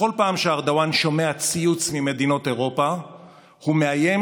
בכל פעם שארדואן שומע ציוץ ממדינות אירופה הוא מאיים